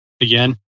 again